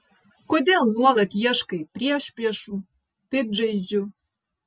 kodėl nuolat ieškai priešpriešų piktžaizdžių